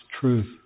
truth